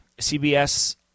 CBS